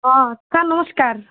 ହଁ ସାର୍ ନମସ୍କାର